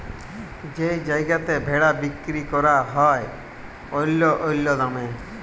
যেই জায়গাতে ভেড়া বিক্কিরি ক্যরা হ্যয় অল্য অল্য দামে